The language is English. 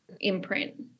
imprint